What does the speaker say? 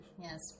Yes